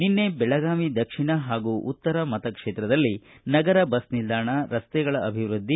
ನಿನ್ನೆ ಬೆಳಗಾವಿ ದಕ್ಷಿಣ ಹಾಗೂ ಉತ್ತರ ಮತ ಕ್ಷೇತ್ರದಲ್ಲಿ ನಗರ ಬಸ್ ನಿಲ್ದಾಣ ರಸ್ತೆಗಳ ಅಭಿವೃದ್ಧಿ